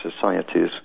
societies